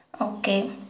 Okay